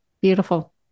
Beautiful